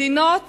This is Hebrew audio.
מדינות